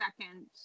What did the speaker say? second